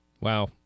Wow